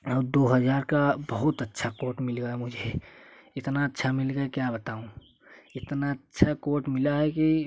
और दो हजार का बहुत अच्छा कोट मिल गया मुझे इतना अच्छा मिल गया क्या बताऊँ इतना अच्छा कोट मिला है कि